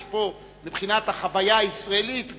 יש פה מבחינת החוויה הישראלית,